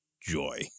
joy